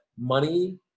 money